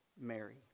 Mary